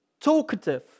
talkative